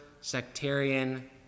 sectarian